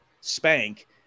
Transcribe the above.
spank